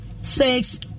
six